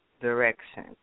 direction